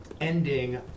ending